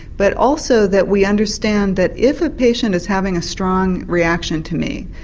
but also that we understand that if a patient is having a strong reaction to me,